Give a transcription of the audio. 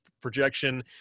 projection